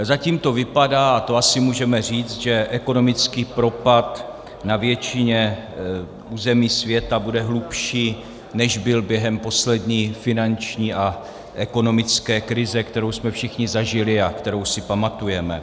Zatím to vypadá, a to asi můžeme říct, že ekonomický propad na většině území světa bude hlubší, než byl během finanční a ekonomické krize, kterou jsme všichni zažili a kterou si pamatujeme.